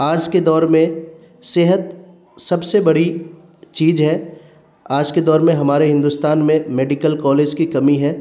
آج کے دور میں صحت سب سے بڑی چیز ہے آج کے دور میں ہمارے ہندوستان میں میڈیکل کالج کی کمی ہے